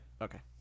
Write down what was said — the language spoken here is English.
Okay